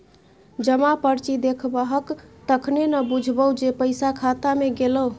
जमा पर्ची देखेबहक तखने न बुझबौ जे पैसा खाता मे गेलौ